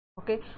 Okay